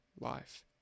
life